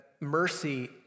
mercy